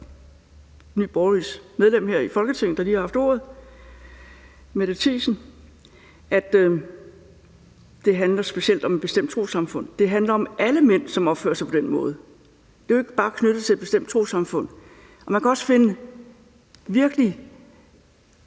Nye Borgerliges medlem her i Folketinget, der lige har haft ordet, Mette Thiesens, bemærkning, nemlig at det handler specielt om et bestemt trossamfund. Det handler om alle mænd, som opfører sig på den måde. Det er jo ikke bare knyttet til et bestemt trossamfund. Man kan også finde virkelig